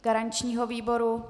Garančního výboru?